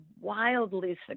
wildly